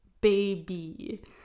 Baby